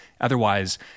Otherwise